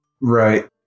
Right